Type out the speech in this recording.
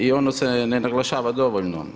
I ono se ne naglašava dovoljno.